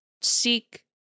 seek